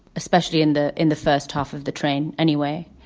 especially in the in the first half of the train. anyway,